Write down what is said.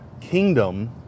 kingdom